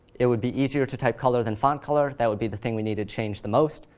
it would be easier to type color than font color that would be the thing we need to change the most.